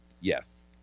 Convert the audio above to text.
Yes